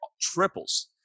triples